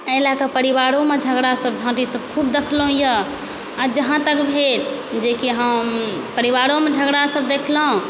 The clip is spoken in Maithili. एहिला तऽ परिवारोमे तऽ झगड़ा सब झाटी सब देखलहुँ यऽ आ जहाँ तक भेल जेकि हम परिवारोमे झगड़ा सब देखलहुँ